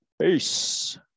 Peace